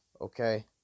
Okay